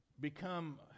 become